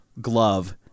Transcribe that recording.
Glove